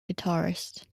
guitarist